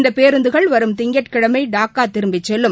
இந்த பேருந்துகள் வரும் திங்கட்கிழமை டாக்கா திரும்பிச் செல்லும்